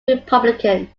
republican